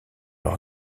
leur